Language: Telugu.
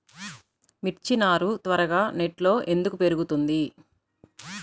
మిర్చి నారు త్వరగా నెట్లో ఎందుకు పెరుగుతుంది?